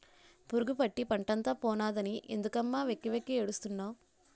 పురుగుపట్టి పంటంతా పోనాదని ఎందుకమ్మ వెక్కి వెక్కి ఏడుస్తున్నావ్